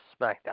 SmackDown